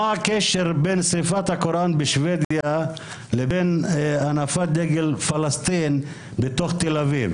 מה הקשר בין שריפת הקוראן בשבדיה לבין הנפת דגל פלסטין בתוך תל אביב?